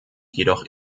jedoch